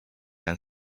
and